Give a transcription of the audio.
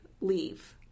leave